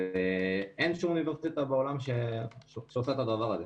אין שום אוניברסיטה בעולם שעושה את הדבר הזה,